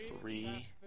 three